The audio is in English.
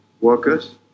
workers